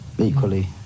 equally